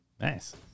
Nice